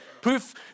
proof